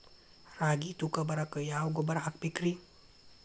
ರಾಗಿ ತೂಕ ಬರಕ್ಕ ಯಾವ ಗೊಬ್ಬರ ಹಾಕಬೇಕ್ರಿ?